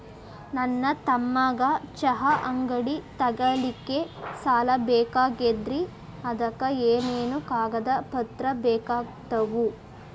ನನ್ನ ತಮ್ಮಗ ಚಹಾ ಅಂಗಡಿ ತಗಿಲಿಕ್ಕೆ ಸಾಲ ಬೇಕಾಗೆದ್ರಿ ಅದಕ ಏನೇನು ಕಾಗದ ಪತ್ರ ಬೇಕಾಗ್ತವು?